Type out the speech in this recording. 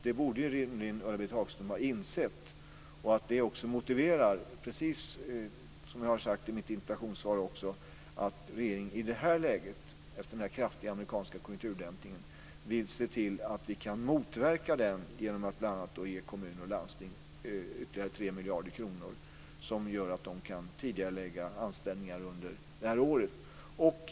Det borde rimligen Ulla-Britt Hagström ha insett, och att det också motiverar, precis som jag också har sagt i mitt interpellationssvar, att regeringen i det här läget, efter den kraftiga amerikanska konjunkturdämpningen, vill se till att vi kan motverka den genom att bl.a. ge kommuner och landsting ytterligare 3 miljarder kronor som gör att de kan tidigarelägga anställningar under det här året.